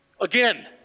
again